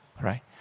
right